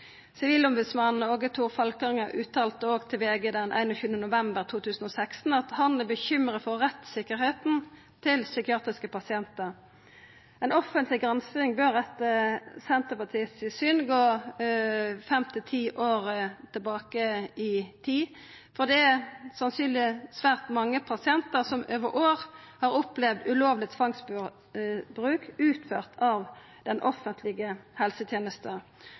Sivilombodsmannen, Aage Thor Falkanger, uttalte òg til VG den 21. november 2016 at han er bekymra for rettstryggleiken til psykiatriske pasientar. Ei offentleg gransking bør etter Senterpartiet sitt syn gå 5–10 år tilbake i tid, fordi det sannsynlegvis er svært mange pasientar som over fleire år har opplevd ulovleg tvangsbruk utført av den offentlege helsetenesta.